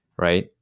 Right